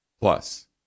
Plus